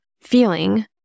feeling